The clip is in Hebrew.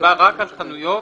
מדובר רק על חנויות